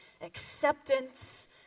acceptance